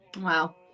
Wow